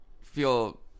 feel